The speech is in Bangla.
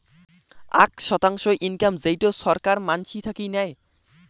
আক শতাংশ ইনকাম যেইটো ছরকার মানসি থাকি নেয়